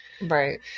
Right